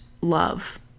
love